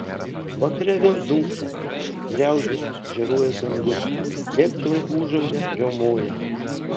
vakare vėl dunksi griaudi žėruoja dangus lėktuvai ūžauja riaumoja